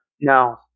No